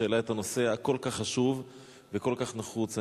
שהעלה את הנושא הכל-כך חשוב והכל-כך נחוץ.